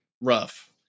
rough